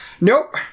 Nope